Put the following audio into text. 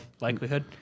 likelihood